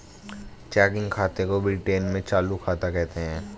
checking खाते को Britain में चालू खाता कहते हैं